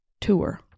tour